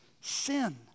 sin